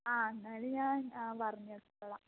ആ എന്നാൽ ഞാൻ പറഞ്ഞോളാം